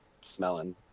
smelling